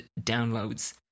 downloads